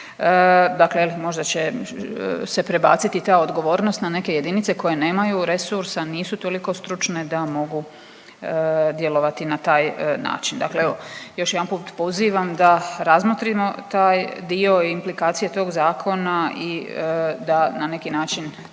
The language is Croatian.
Dakle, možda će se prebaciti ta odgovornost na neke jedinice koje nemaju resursa, nisu toliko stručne da mogu djelovati na taj način. Dakle, evo još jedanput pozivam da razmotrimo taj dio implikacije tog zakona i da na neki način